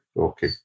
Okay